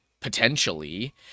potentially